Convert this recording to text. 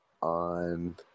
on